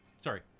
sorry